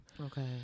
Okay